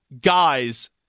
guys